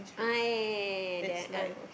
ah yeah yeah yeah yeah the ah